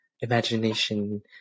imagination